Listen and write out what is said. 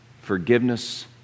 forgiveness